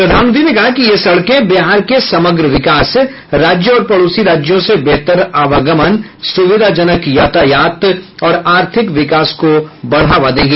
प्रधानमंत्री ने कहा कि ये सड़कें बिहार के समग्र विकास राज्य और पड़ोसी राज्यों से बेहतर आवागमन सुविधाजनक यातायात और आर्थिक विकास को बढ़ावा देंगी